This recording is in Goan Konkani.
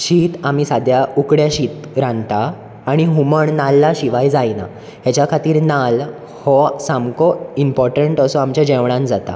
शीत आमी सद्या उकडें शीत रांदता आनी हुमण नाल्ला शिवाय जायना हेच्या खातीर नाल्ल हो सामको इंपॉर्टंट असो आमच्या जेवणांत जाता